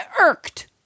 Irked